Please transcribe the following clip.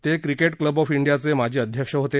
ते cricket club of इंडियाचे माजी अध्यक्ष होते